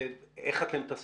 איך אתם טסים?